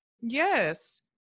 Yes